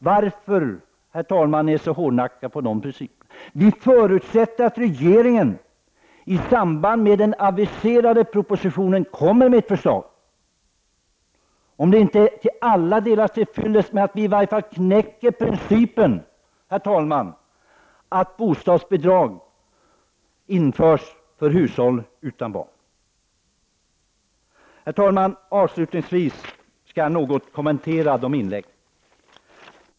Varför håller ni så hårdnackat på principerna? Vi förutsätter att regeringen i samband med den aviserade propositionen kommer med ett förslag. Det är kanske inte till alla delar till fyllest, men vi kanske knäcker motståndet mot att bostadsbidrag införs för hushåll utan barn. Herr talman! Jag vill avslutningsvis kommentera några inlägg.